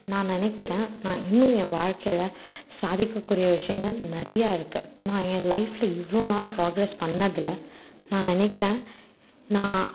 நான் நினைக்கிறேன் நான் இன்னும் என் வாழ்க்கையில் சாதிக்கக்கூடிய விஷயங்கள் நிறையா இருக்குது நான் என் லைப்ல இவ்வளோ நாள் ப்ராக்ரஸ் பண்ணதில் நான் நினைக்கிறேன் நான்